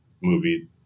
movie